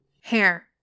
Hair